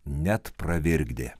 net pravirkdė